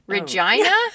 Regina